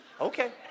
Okay